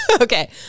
Okay